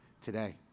today